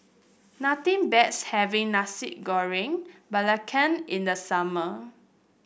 nothing having Nasi Goreng Belacan in the summer